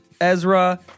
Ezra